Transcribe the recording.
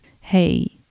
Hey